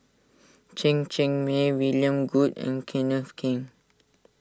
Chen Cheng Mei William Goode and Kenneth Keng